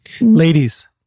Ladies